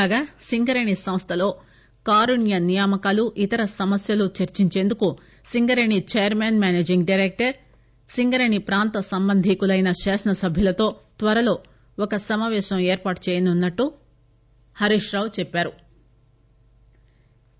కాగా సింగరేణి సంస్లలో కారుణ్య నియామకాలు ఇతర సమస్యలను చర్చించేందుకు Singareni chairman managing director Singareni ప్రాంత సంబంధీకులైన శాసన సభ్యులతో త్వరలో ఒక సమాపేశం ఏర్పాటు చేయనున్నట్లు హరీష్ రావు చెప్పారు